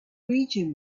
region